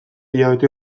hilabete